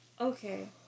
Okay